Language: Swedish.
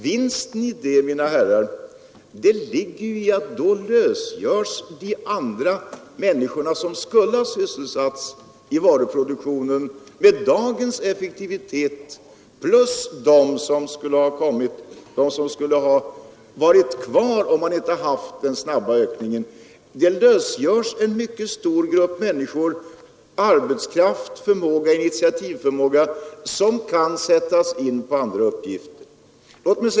Vinsten härvid, mina herrar, ligger i att man med den ökande effektiviteten lösgör en stor grupp människor, som annars skulle ha sysselsatts i varuproduktionen, och härtill kommer de som skulle ha varit kvar i varuproduktionen. En stor grupp människor med initiativförmåga kan sättas in på andra uppgifter.